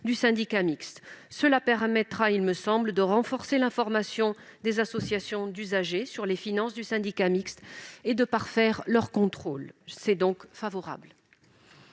du syndicat mixte. Cela permettra, me semble-t-il, de renforcer l'information des associations d'usagers sur les finances de ce syndicat et de parfaire leur contrôle. La commission émet